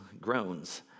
groans